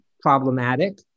problematic